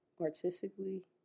artistically